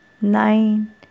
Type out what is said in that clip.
nine